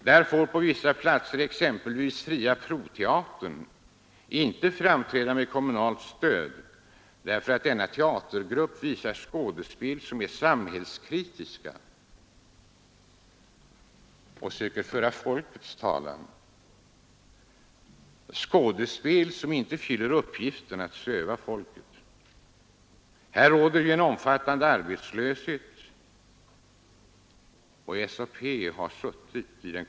Där får på vissa platser exempelvis Fria Proteatern inte framträda med kommunalt stöd, därför att denna teatergrupp visar skådespel, som är samhällskritiska och söker föra folkets talan, skådespel som inte fyller uppgiften att Nr 145 Fredagen den den kommunala ledningen under många decennier.